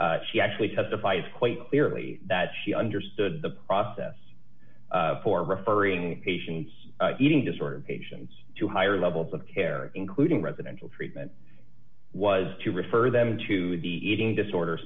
she actually testifies quite clearly that she understood the process for referring eating disorder patients to higher levels of care including residential treatment was to refer them to the eating disorder